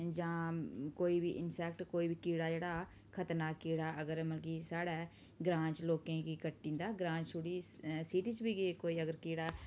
जां कोई बी इनसैक्ट कोई बी कीड़ा जेह्ड़ा खतरनाक कीड़ा अगर मतलब कि साढ़े ग्रांऽ च लोकें गी कट्टी जंदा ग्रांऽ च छोड़ी सिटी च बी कोई अगर कीड़ा